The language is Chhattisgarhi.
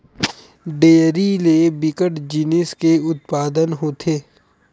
डेयरी ले बिकट जिनिस के उत्पादन होथे